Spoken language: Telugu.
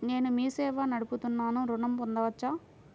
నేను మీ సేవా నడుపుతున్నాను ఋణం పొందవచ్చా?